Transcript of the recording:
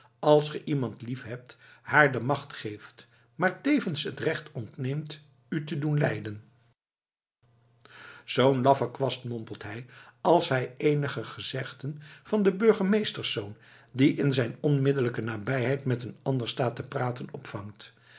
als ge iemand lief hebt haar de macht geeft maar tevens het recht ontneemt u te doen lijden zoo'n laffe kwast mompelt hij als hij eenige gezegden van den burgemeesterszoon die in zijn onmiddellijke nabijheid met een ander staat te praten opvangt